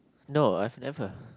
no I've never